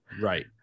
Right